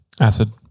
Acid